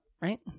right